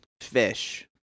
fish